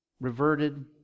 reverted